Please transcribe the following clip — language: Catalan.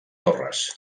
torres